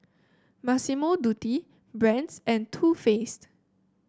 Massimo Dutti Brand's and Too Faced